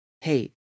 hey